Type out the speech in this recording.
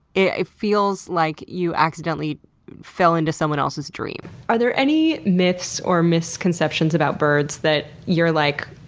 it it feels like you accidentally fell into someone else's dream. are there any myths or misconceptions about birds that you're like,